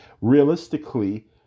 realistically